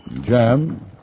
Jam